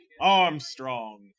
Armstrong